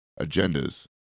agendas